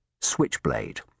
Switchblade